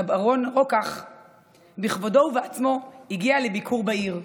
ר' אהרון רוקח בכבודו ובעצמו, הגיע לביקור בעיר.